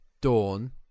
Dawn